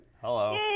Hello